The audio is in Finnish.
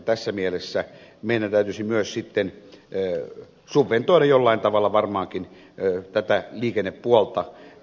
tässä mielessä meidän täytyisi myös sitten subventoida jollain tavalla varmaankin tätä liikennepuolta